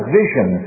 vision